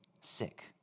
sick